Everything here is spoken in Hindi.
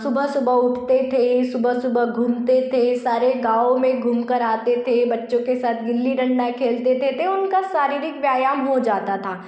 सुबह सुबह उठते थे सुबह सुबह घूमते थे सारे गाँव में घूम कर आते थे बच्चों के साथ गिल्ली डंडा खेलते थे उनका शारीरिक व्यायाम हो जाता था